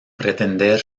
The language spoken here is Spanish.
pretender